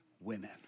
women